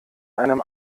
einem